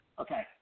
Okay